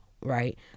right